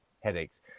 headaches